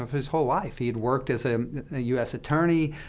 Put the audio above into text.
his whole life. he had worked as a u s. attorney.